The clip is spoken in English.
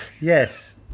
Yes